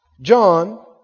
John